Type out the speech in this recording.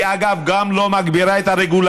היא, אגב, גם לא מגבירה את הרגולציה.